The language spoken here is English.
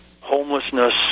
homelessness